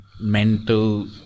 mental